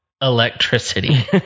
electricity